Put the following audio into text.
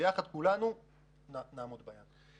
וביחד כולנו נעמוד ביעד.